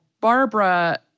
Barbara